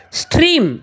stream